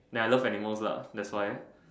ya I love animals lah that why